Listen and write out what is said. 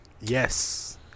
Yes